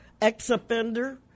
ex-offender